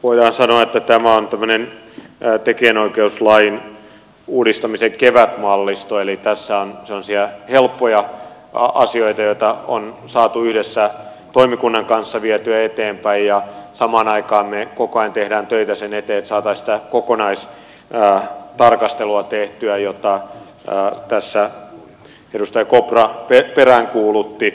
voidaan sanoa että tämä on tämmöinen tekijänoikeuslain uudistamisen kevätmallisto eli tässä on semmoisia helppoja asioita joita on saatu yhdessä toimikunnan kanssa vietyä eteenpäin ja samaan aikaan me koko ajan teemme töitä sen eteen että saataisiin tätä kokonaistarkastelua tehtyä jota tässä edustaja kopra peräänkuulutti